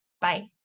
Bye